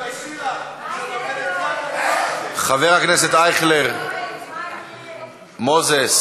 תתביישי לך, חבר הכנסת אייכלר, מוזס,